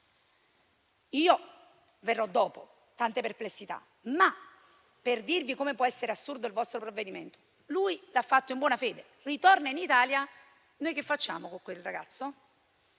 Io verrò dopo con tante perplessità, ma questo per dirvi come può essere assurdo il vostro provvedimento: lui l'ha fatto in buonafede, ritorna in Italia e noi che facciamo con quel ragazzo?